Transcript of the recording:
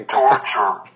torture